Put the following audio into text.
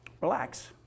Relax